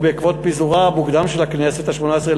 ובעקבות פיזורה המוקדם של הכנסת השמונה-עשרה,